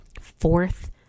fourth